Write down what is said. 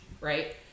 right